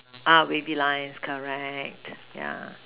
uh wavy lines correct yeah